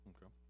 Okay